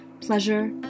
pleasure